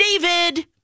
David